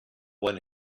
one